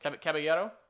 Caballero